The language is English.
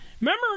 remember